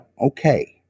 okay